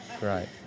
Right